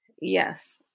Yes